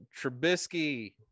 Trubisky